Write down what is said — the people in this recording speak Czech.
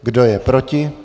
Kdo je proti?